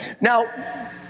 Now